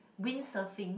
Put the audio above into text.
windsurfing